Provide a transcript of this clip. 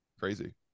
Crazy